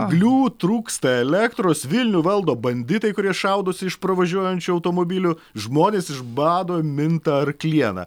anglių trūksta elektros vilnių valdo banditai kurie šaudosi iš pravažiuojančių automobilių žmonės iš bado minta arkliena